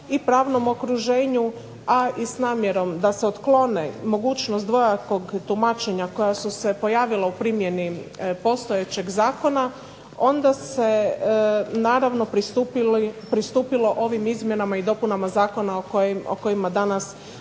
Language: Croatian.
i pravnom okruženju, a i s namjernom da se otklone mogućnost dvojakog tumačenja koja su se pojavila u primjeni postojećeg zakona, onda se naravno pristupilo ovim izmjenama i dopunama zakona o kojima danas raspravljamo.